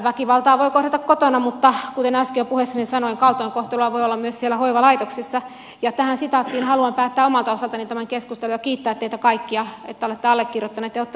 väkivaltaa voi kohdata kotona mutta kuten äsken jo puheessani sanoin kaltoinkohtelua voi olla myös hoivalaitoksissa ja tähän sitaattiin haluan päättää omalta osaltani tämän keskustelun ja kiittää teitä kaikkia että olette allekirjoittaneet ja ottaneet kantaa